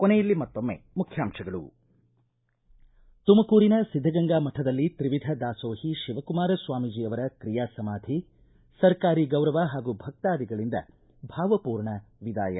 ಕೊನೆಯಲ್ಲಿ ಮತ್ತೊಮ್ಮೆ ಮುಖ್ಯಾಂಶಗಳು ತುಮಕೂರಿನ ಸಿದ್ದಗಂಗಾ ಮಕದಲ್ಲಿ ತ್ರಿವಿಧ ದಾಸೋಹಿ ಶಿವಕುಮಾರ ಸ್ವಾಮೀಜಿ ಅವರ ತ್ರಿಯಾ ಸಮಾಧಿ ಸರ್ಕಾರಿ ಗೌರವ ಹಾಗೂ ಭಕ್ತಾದಿಗಳಿಂದ ಭಾವಪೂರ್ಣ ವಿದಾಯ